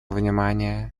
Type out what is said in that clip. внимания